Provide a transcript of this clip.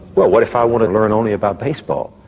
what what if i want to learn only about baseball?